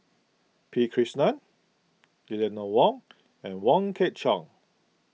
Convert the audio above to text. P Krishnan Eleanor Wong and Wong Kwei Cheong